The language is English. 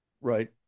right